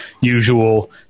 usual